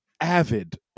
avid